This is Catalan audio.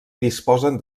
disposen